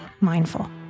mindful